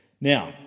Now